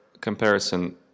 comparison